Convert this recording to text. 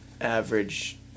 average